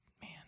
man